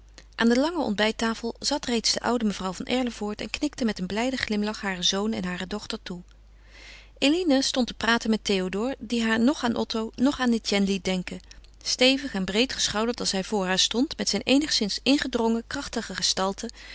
aan de lange ontbijttafel zat reeds de oude mevrouw van erlevoort en knikte met een blijden glimlach haren zoon en hare dochter toe eline stond te praten met théodore die haar noch aan otto noch aan etienne liet denken stevig en breed geschouderd als hij voor haar stond met zijn eenigszins ingedrongen krachtige gestalte